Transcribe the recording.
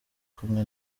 kumwe